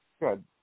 good